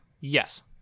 Yes